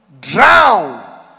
drown